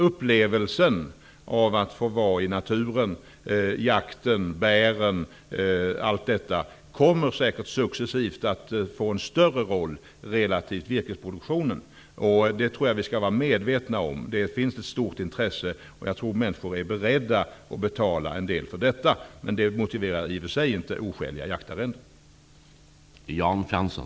Upplevelsen att få vara i naturen, att få jaga, att få plocka bär, m.m. kommer säkert successivt att få en större roll relativt virkesproduktionen. Det skall vi vara medvetna om. Det finns ett stort intresse, och jag tror att människor är beredda att betala en del för detta. Men det motiverar i och för sig inte oskäliga avgifter för jaktarrenden.